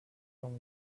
from